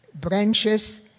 branches